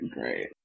Great